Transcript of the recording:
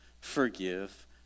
Forgive